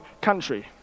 country